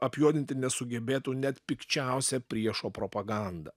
apjuodinti nesugebėtų net pikčiausia priešo propaganda